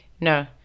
no